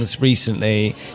recently